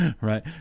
Right